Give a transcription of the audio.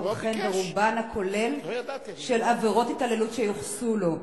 חן ברובן הכולל של עבירות ההתעללות שיוחסו לו.